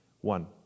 One